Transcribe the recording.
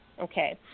Okay